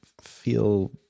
feel